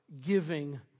giving